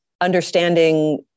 Understanding